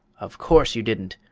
of course you didn't.